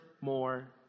more